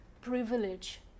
privilege